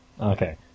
Okay